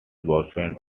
boyfriend